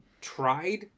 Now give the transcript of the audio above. tried